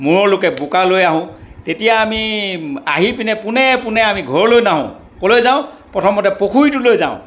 মূৰলৈকে বোকা লৈ আহোঁ তেতিয়া আমি আহি পিনে পোনে পোনে আমি ঘৰলৈ নাহোঁ ক'লৈ যাওঁ প্ৰথমতে পুখুৰীটোলৈ যাওঁ